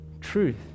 truth